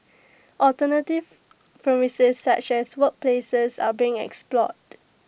alternative premises such as workplaces are being explored